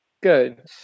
Good